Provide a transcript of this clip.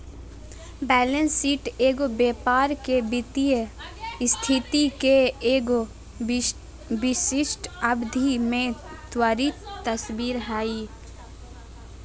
balance sheet एगो व्यापार के वित्तीय स्थिति के एगो विशिष्ट अवधि में त्वरित तस्वीर हइ